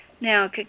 Now